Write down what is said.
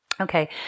Okay